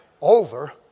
Over